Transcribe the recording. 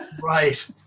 Right